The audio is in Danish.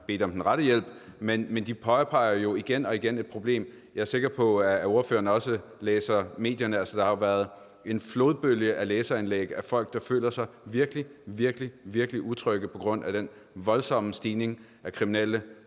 bedt om den rette hjælp – men de påpeger jo igen og igen et problem. Jeg er sikker på, at ordføreren også læser i de skriftlige medier. Der har jo været en flodbølge af læserindlæg fra folk, der føler sig virkelig, virkelig utrygge på grund af den voldsomme stigning i antallet